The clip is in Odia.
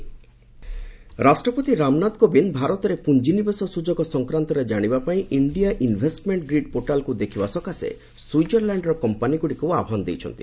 ପ୍ରେଜ୍ ସ୍ୱିଜରଲ୍ୟାଣ୍ଡ ରାଷ୍ଟ୍ରପତି ରାମନାଥ କୋବିନ୍ଦ ଭାରତରେ ପ୍ରଞ୍ଜିନିବେଶ ସ୍ରଯୋଗ ସଂକ୍ରାନ୍ତରେ କାଣିବା ପାଇଁ ଇଣ୍ଡିଆ ଇନ୍ଭେଷ୍ଟମେଣ୍ଟ ଗ୍ରୀଡ୍ ପୋର୍ଟାଲ୍କୁ ଦେଖିବା ସକାଶେ ସ୍ୱିଜରଲ୍ୟାଣ୍ଡର କମ୍ପାନୀଗୁଡ଼ିକୁ ଆହ୍ୱାନ ଜଣାଇଛନ୍ତି